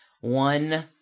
One